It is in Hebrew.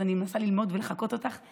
אז אני מנסה ללמוד ולחקות אותך,